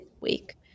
week